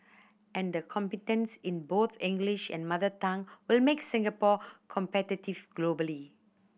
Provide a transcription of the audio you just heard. and the competence in both English and mother tongue will make Singapore competitive globally